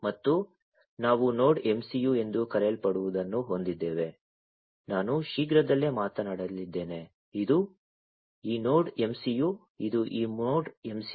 ಮತ್ತು ನಾವು node MCU ಎಂದು ಕರೆಯಲ್ಪಡುವದನ್ನು ಹೊಂದಿದ್ದೇವೆ ನಾನು ಶೀಘ್ರದಲ್ಲೇ ಮಾತನಾಡಲಿದ್ದೇನೆ ಇದು ಈ ನೋಡ್ MCU ಇದು ಈ ನೋಡ್ MCU